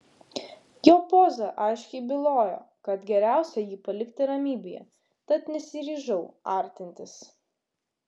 jo poza aiškiai bylojo kad geriausia jį palikti ramybėje tad nesiryžau artintis